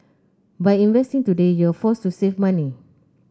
by investing today you're forced to save money